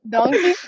Donkey